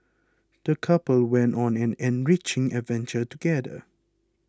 the couple went on an enriching adventure together